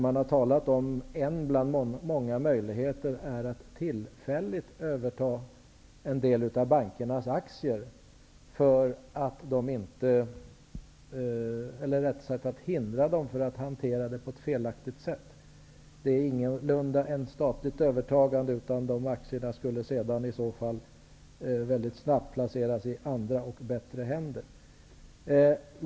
Vi har talat om att en bland många möjligheter är att tillfälligt överta en del av bankernas aktier för att hindra dem från att hantera det på ett felaktigt sätt. Det är ingalunda frågan om ett statligt övertagande, utan dessa aktier skulle sedan väldigt snabbt placeras i andra och bättre händer.